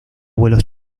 vuelos